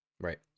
Right